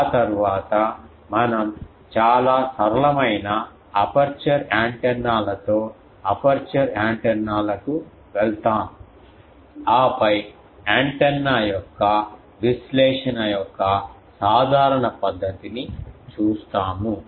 ఆ తరువాత మనం చాలా సరళమైన అపర్చరు యాంటెన్నాలతో అపర్చరు యాంటెన్నాలకు వెళ్తాము ఆపై యాంటెన్నా యొక్క విశ్లేషణ యొక్క సాధారణ పద్ధతిని చూస్తాము